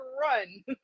run